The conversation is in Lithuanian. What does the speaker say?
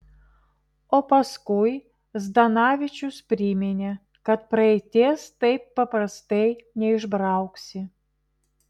o paskui zdanavičius priminė kad praeities taip paprastai neišbrauksi